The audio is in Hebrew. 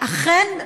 אכן,